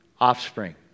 offspring